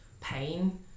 pain